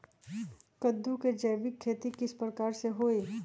कददु के जैविक खेती किस प्रकार से होई?